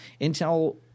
Intel